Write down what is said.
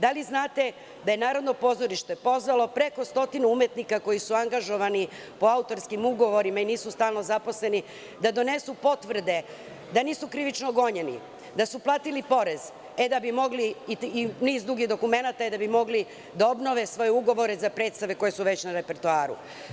Da li znate da je Narodno pozorište pozvalo preko stotinu umetnika koji su angažovani po autorskim ugovorima i nisu stalno zaposleni, da donesu potvrde da nisu krivično gonjeni, da su platili porez i niz drugih dokumenata, da bi mogli da obnove svoje ugovore za predstave koje su već na repertoaru?